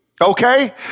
okay